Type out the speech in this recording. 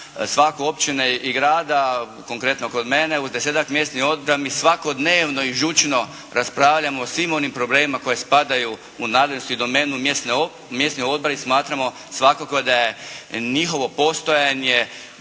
svake općine i grada konkretno kod mene u desetak mjesnih odbora mi svakodnevno i žučno raspravljamo o svim onim problemima koji spadaju u nadležnost i domenu mjesnih odbora i smatramo svakako da je njihovo postojanje